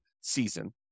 season